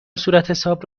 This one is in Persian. صورتحساب